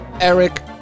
Eric